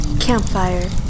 Campfire